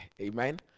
Amen